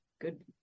good